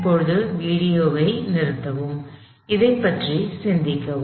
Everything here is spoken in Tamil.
இப்போது வீடியோவை இடைநிறுத்தவும் அதைப் பற்றி சிந்திக்கவும்